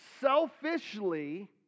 selfishly